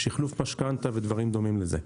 שחלוף משכנתה ודברים דומים לזה.